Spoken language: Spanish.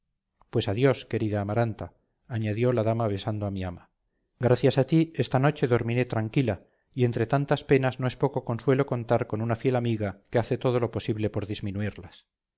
pues adiós querida amaranta añadió la dama besando a mi ama gracias a ti esta noche dormir tranquila y entre tantas penas no es poco consuelo contar con una fiel amiga que hace todo lo posible por disminuirlas